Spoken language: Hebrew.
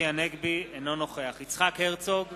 אינו נוכח יצחק הרצוג,